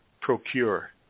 procure